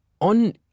on